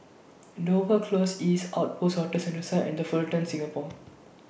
Dover Close East Outpost Hotel Sentosa and The Fullerton Singapore